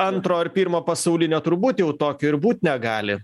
antro ar pirmo pasaulinio turbūt jau tokio ir būt negali